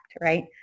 right